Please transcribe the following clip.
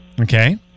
Okay